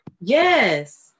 Yes